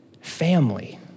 family